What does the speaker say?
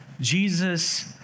Jesus